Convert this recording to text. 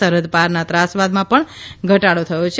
સરહદ પારના ત્રાસવાદમાં પણ ધટાડો થયો છે